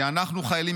כי אנחנו החיילים,